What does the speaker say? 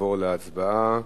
לעבור להצבעה.